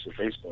Facebook